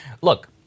Look